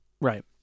Right